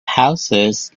houses